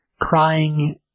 crying